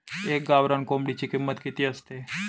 एका गावरान कोंबडीची किंमत किती असते?